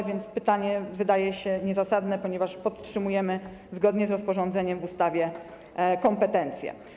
A więc pytanie wydaje się niezasadne, ponieważ podtrzymujemy zgodnie z rozporządzeniem w ustawie kompetencje.